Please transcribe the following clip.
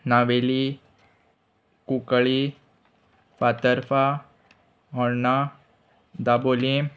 नावेली कुंकळी फातर्पा होर्णा दाबोलीम